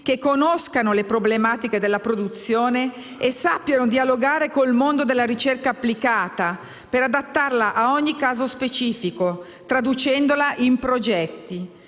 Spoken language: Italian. che conoscano le problematiche della produzione e sappiano dialogare col mondo della ricerca applicata, per adattarla a ogni caso specifico, traducendola in progetti.